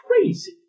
Crazy